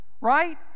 Right